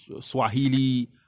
Swahili